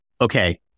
okay